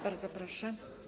Bardzo proszę.